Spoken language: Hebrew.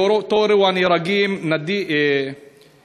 באותו אירוע נהרגו נדים